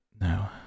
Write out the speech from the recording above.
No